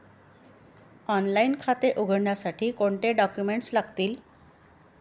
Online खाते उघडण्यासाठी कोणते डॉक्युमेंट्स लागतील?